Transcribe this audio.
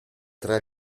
tra